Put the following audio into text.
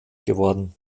geworden